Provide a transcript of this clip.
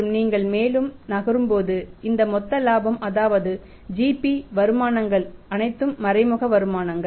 மற்றும் நீங்கள் மேலும் நகரும்போது இந்த மொத்த இலாபம் அதாவது GP வருமானங்கள் அனைத்தும் மறைமுக வருமானங்கள்